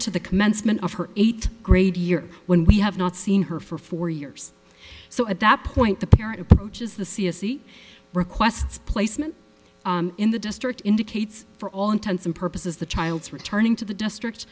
to the commencement of her eight grade year when we have not seen her for four years so at that point the parent which is the c s e requests placement in the district indicates for all intents and purposes the child's returning to the district